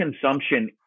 consumption